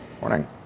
Morning